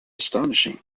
astonishing